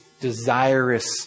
desirous